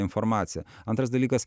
informacija antras dalykas